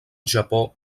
japó